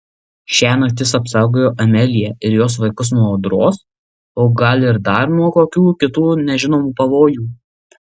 šiąnakt jis apsaugojo ameliją ir jos vaikus nuo audros o gal ir dar nuo kokių kitų nežinomų pavojų